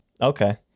Okay